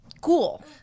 cool